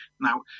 Now